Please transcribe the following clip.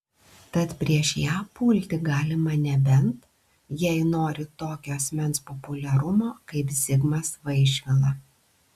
tad prieš ją pulti galima nebent jei nori tokio asmens populiarumo kaip zigmas vaišvila